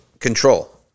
Control